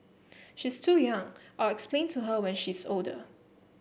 she's too young I'll explain to her when she's older